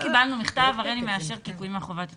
לא קיבלנו מכתב: הריני לאשר כי קוימה חובת התייעצות.